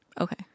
Okay